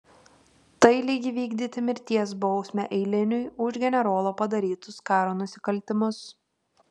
tai lyg įvykdyti mirties bausmę eiliniui už generolo padarytus karo nusikaltimus